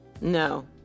no